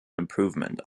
improvement